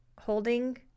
holding